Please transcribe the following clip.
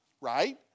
right